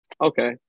Okay